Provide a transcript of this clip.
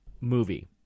movie